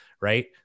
right